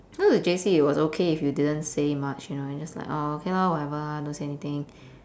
so in J_C it was okay if you didn't say much you know you just like okay lor whatever don't say anything